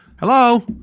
hello